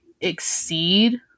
exceed